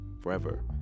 forever